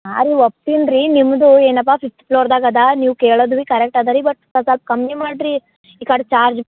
ಹಾಂ ರೀ ಒಪ್ತೀನಿ ರೀ ನಿಮ್ಮದು ಏನಪ್ಪ ಫಿಫ್ತ್ ಫ್ಲೋರ್ದಾಗ ಅದ ನೀವು ಕೇಳಿದ್ರಿ ಕರೆಕ್ಟ್ ಅದ ರೀ ಬಟ್ ಸ್ವಲ್ಪ್ ಕಮ್ಮಿ ಮಾಡಿರಿ ಈ ಕಡೆ ಚಾರ್ಜ್